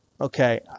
Okay